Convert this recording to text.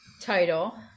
title